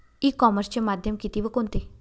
E कॉमर्सचे माध्यम किती व कोणते?